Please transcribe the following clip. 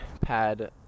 pad